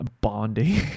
bonding